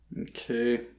Okay